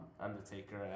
Undertaker